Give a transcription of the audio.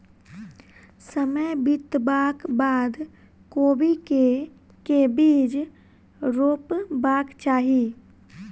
समय बितबाक बाद कोबी केँ के बीज रोपबाक चाहि?